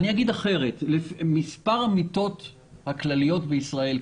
אגיד אחרת: מספר המיטות הכלליות בישראל,